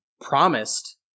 promised